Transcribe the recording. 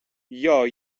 jag